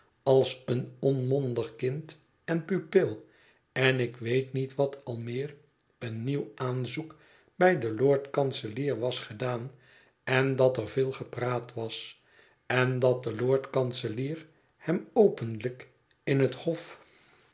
als een onmondig kind en pupil en ik weet niet wat al meer een nieuw aanzoek bij den lord-kanselier was gedaan en dat er veel gepraat was en dat de lord-kanselier hem openlijk in het hof